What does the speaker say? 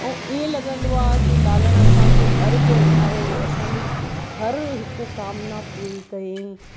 ऐं ईइं लॻंदो आहे की लालण असां जी अर्ज़ु अघायो असांजी हर हिकु कामना पूरी कयईं